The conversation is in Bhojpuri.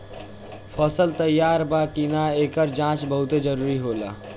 फसल तैयार बा कि ना, एकर जाँच बहुत जरूरी होला